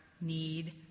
need